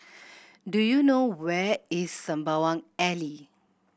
do you know where is Sembawang Alley